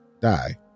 die